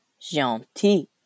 gentil